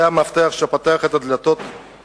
זה המפתח שפותח את הדלתות